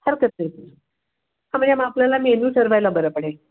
हरकत नाही हा म्हणजे मग आपल्याला मेनू ठरवायला बरं पडेल